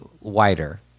wider